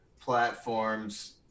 platforms